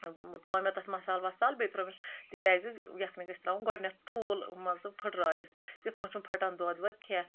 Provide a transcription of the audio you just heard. تروو مےٚ تتھ مسال وسال بییٚہِ ترویمَس تِکیاز یکھنہِ گژھہِ تراوُن گۄڈنیٚتھ ٹھول مان ژ پھٹرٲیِتھ تِتھ پٲٹھۍ چھُنہٕ پھٹان دۄد وۄد کینٛہہ